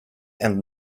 and